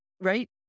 right